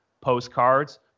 postcards